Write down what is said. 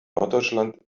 norddeutschland